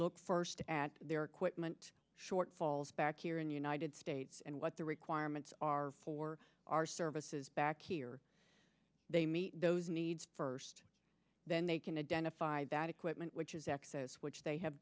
look first at their equipment shortfalls back here in the united states and what the requirements are for our services back here they meet those needs first then they can identify that equipment which is excess which they have